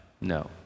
no